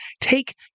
take